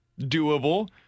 doable